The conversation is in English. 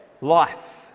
life